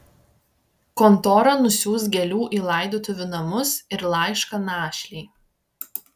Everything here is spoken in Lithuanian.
kontora nusiųs gėlių į laidotuvių namus ir laišką našlei